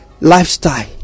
lifestyle